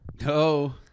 No